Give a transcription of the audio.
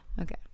Okay